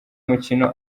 mukino